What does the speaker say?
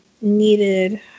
needed